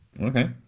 okay